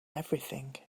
everything